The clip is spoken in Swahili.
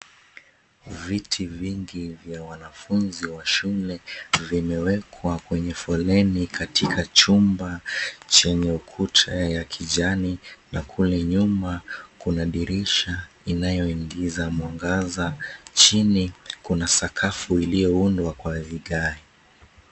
Viti vingi vya wanafunzi wa shule vimewekwa kwenye foleni katika chumba chenye ukuta ya kijani na kule nyuma kuna dirisha inayoingiza mwangaza. Chini kuna sakafu iliyoundwa kwa vigae.